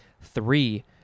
Three